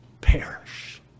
perish